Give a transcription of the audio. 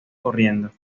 corriendo